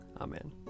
Amen